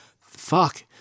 Fuck